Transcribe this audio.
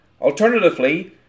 Alternatively